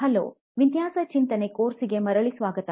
hello ವಿನ್ಯಾಸ ಚಿಂತನೆ ಕೋರ್ಸ್ಗೆ ಮರಳಿ ಸ್ವಾಗತ